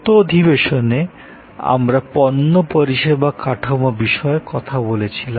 গত অধিবেশনে আমরা পণ্য পরিষেবা কাঠামো বিষয়ে কথা বলছিলাম